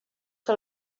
que